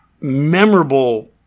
memorable